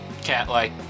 cat-like